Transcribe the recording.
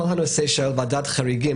כל הנושא של ועדת חריגים,